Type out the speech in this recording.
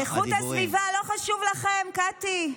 איכות הסביבה לא חשובה לכם, קטי?